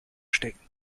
stecken